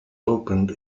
opened